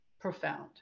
profound